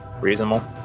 reasonable